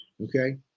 Okay